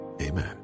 amen